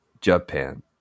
Japan